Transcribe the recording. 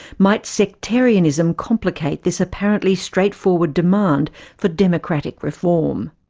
might sectarianism complicate this apparently straightforward demand for democratic reform?